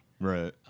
Right